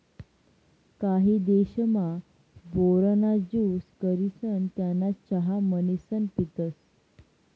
काही देशमा, बोर ना ज्यूस करिसन त्याना चहा म्हणीसन पितसं